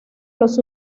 los